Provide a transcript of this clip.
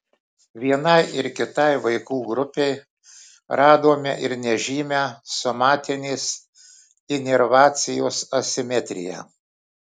vienai ir kitai vaikų grupei radome ir nežymią somatinės inervacijos asimetriją